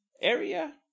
area